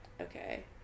okay